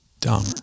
dumb